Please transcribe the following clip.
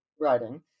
writing